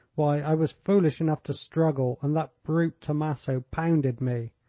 why, i was foolish enough to struggle, and that brute tommaso pounded me,